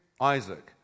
Isaac